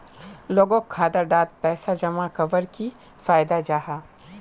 लोगोक खाता डात पैसा जमा कवर की फायदा जाहा?